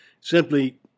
Simply